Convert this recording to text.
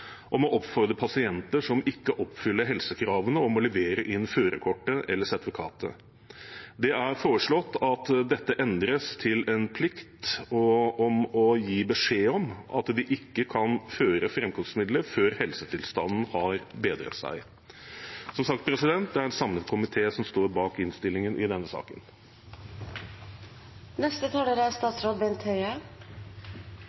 om å oppfordre pasienter som ikke oppfyller helsekravene, om å levere inn førerkortet eller sertifikatet. Det er foreslått at dette endres til en plikt om å gi beskjed om at de ikke kan føre framkomstmidler før helsetilstanden har bedret seg. Som sagt er det en samlet komité som står bak innstillingen i denne